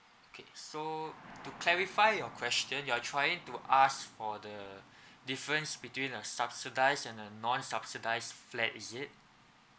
okay so to clarify your question you are trying to ask for the difference between a subsidise and a non subsidise flat is it